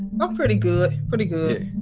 i'm pretty good. pretty good.